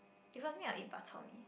because me I'll eat bak-chor-mee